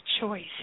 choice